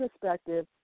perspective